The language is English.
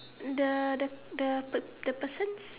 the the the the person's